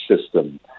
system